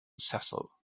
cecil